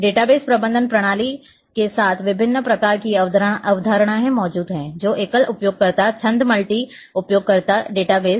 database प्रबंधन प्रणाली के साथ विभिन्न प्रकार की अवधारणाएं मौजूद हैं जो एकल उपयोगकर्ता छंद मल्टी उपयोगकर्ता डेटा बेस